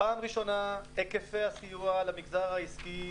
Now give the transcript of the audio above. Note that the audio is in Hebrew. פעם ראשונה היקפי הסיוע למגזר העסקי,